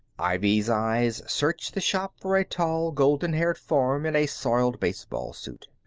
ivy's eyes searched the shop for a tall, golden-haired form in a soiled baseball suit.